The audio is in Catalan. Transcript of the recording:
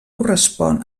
correspon